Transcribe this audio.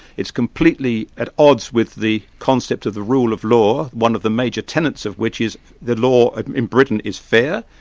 it's completely at odds with the concept of the rule of law, one of the major tenets of which is the law in britain is fair.